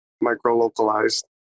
micro-localized